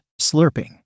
slurping